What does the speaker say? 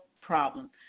problem